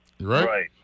Right